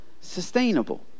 sustainable